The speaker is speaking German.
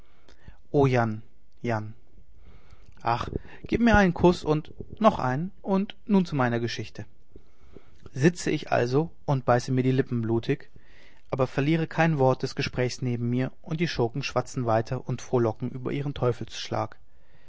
o jan jan ah bah gib mir einen kuß und noch einen und nun zu meiner geschichte sitz ich also und beiße mir die lippen blutig aber verliere kein wort des gespräches neben mir und die schurken schwatzen weiter und frohlocken über ihren